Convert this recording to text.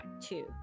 two